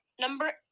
Number